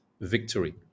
victory